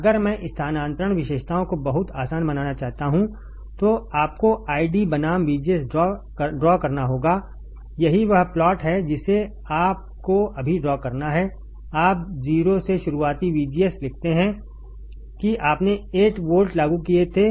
अगर मैं स्थानांतरण विशेषताओं को बहुत आसान बनाना चाहता हूं तो आपको आईडी बनाम VGS ड्रा करना होगा यही वह प्लॉट है जिसे आपको अभी ड्रा करना है आप 0 से शुरुआती VGS लिखते हैं कि आपने 8 वोल्ट लागू किए थे